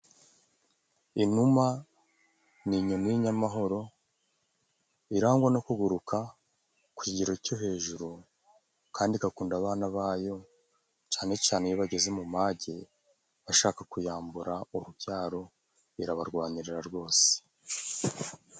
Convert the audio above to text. Inuma ni inyoni y'inyamahoro, irangwa no kuguruka ku kigero cyo hejuru kandi igakunda abana bayo, cyane cyane iyo bageze mu mage bashaka kuyambura urubyaro, irabarwanirira rwose.